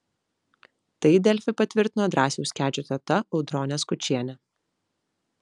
tai delfi patvirtino drąsiaus kedžio teta audronė skučienė